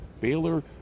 Baylor